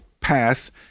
path